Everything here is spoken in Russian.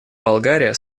болгария